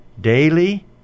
daily